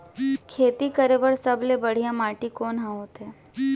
खेती करे बर सबले बढ़िया माटी कोन हा होथे?